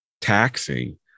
taxing